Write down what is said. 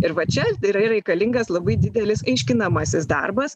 ir va čia yra reikalingas labai didelis aiškinamasis darbas